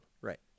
Right